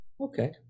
Okay